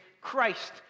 Christ